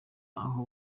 aho